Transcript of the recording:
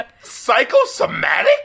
Psychosomatic